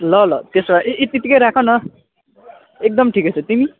ल ल त्यसो भए यतिकै राखन एकदम ठिकै छ तिमी